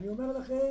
אני אומר לכם,